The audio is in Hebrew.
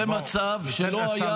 זה מצב שלא היה.